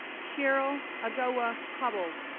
cheryl agowah cobbold,